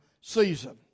season